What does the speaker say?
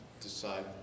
Decide